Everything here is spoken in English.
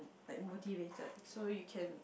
like motivated so you can